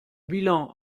bilan